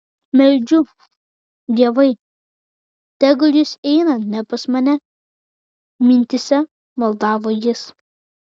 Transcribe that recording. meldžiu dievai tegul jis eina ne pas mane mintyse maldavo jis